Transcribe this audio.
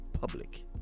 public